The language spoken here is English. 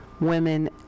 women